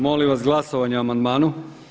Molim vas glasovanje o amandmanu.